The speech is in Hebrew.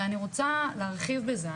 ואני רוצה להרחיב בזה.